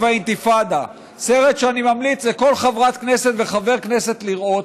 והאינתיפאדה"; סרט שאני ממליץ לכל חברת כנסת וחבר כנסת לראות,